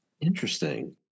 Interesting